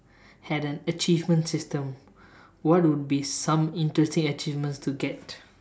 had an achievement system what would be some interesting achievements to get